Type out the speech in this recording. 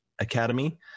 academy